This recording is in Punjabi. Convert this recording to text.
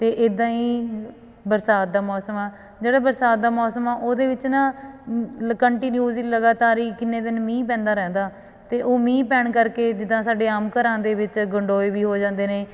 ਅਤੇ ਇੱਦਾਂ ਹੀ ਬਰਸਾਤ ਦਾ ਮੌਸਮ ਆ ਜਿਹੜਾ ਬਰਸਾਤ ਦਾ ਮੌਸਮ ਆ ਉਹਦੇ ਵਿੱਚ ਨਾ ਲ ਕੰਟੀਨਿਊਸ ਹੀ ਲਗਾਤਾਰ ਹੀ ਕਿੰਨੇ ਦਿਨ ਮੀਂਹ ਪੈਂਦਾ ਰਹਿੰਦਾ ਅਤੇ ਉਹ ਮੀਂਹ ਪੈਣ ਕਰਕੇ ਜਿੱਦਾਂ ਸਾਡੇ ਆਮ ਘਰਾਂ ਦੇ ਵਿੱਚ ਗੰਡੋਏ ਵੀ ਹੋ ਜਾਂਦੇ ਨੇ